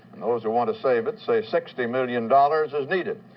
and those who want to save it say sixty million dollars is needed.